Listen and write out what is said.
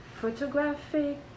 photographic